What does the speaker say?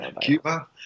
Cuba